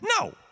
No